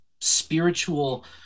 spiritual